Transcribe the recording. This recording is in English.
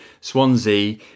Swansea